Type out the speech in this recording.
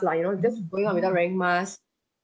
like you know just going out without wearing masks